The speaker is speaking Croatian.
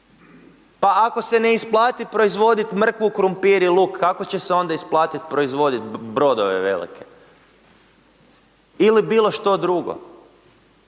pa ako se ne isplatit proizvodit mrkvu, krumpir i luk, kako će se onda isplatit proizvodit brodove velike ili bilo što drugo.